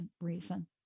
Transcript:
reason